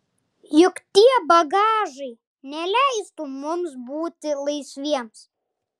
juk tie bagažai neleistų mums būti laisviems